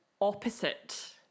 opposite